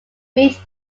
meet